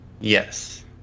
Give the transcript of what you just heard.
Yes